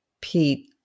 Pete